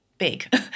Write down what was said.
big